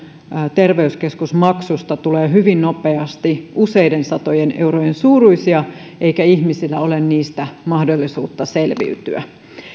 terveyskeskusmaksuista tulee hyvin nopeasti useiden satojen eurojen suuruisia eikä ihmisillä ole niistä mahdollisuutta selviytyä